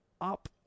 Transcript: up